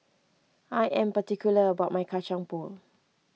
I am particular about my Kacang Pool